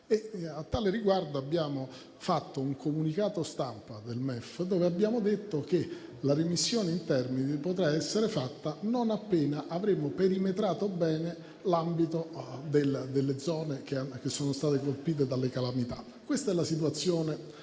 A tale riguardo c'è stato un comunicato stampa del MEF nel quale è stato detto che la remissione in termini potrà essere fatta non appena avremo perimetrato bene l'ambito delle zone colpite dalle calamità. Questa è la situazione